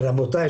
רבותיי,